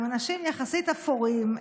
הם אנשים יחסית אפורים,